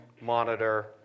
monitor